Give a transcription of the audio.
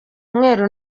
mweru